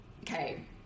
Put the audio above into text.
Okay